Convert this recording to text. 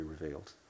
revealed